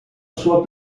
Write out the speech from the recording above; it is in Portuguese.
sua